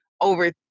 over